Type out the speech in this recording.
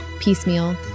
piecemeal